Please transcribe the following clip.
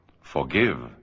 Forgive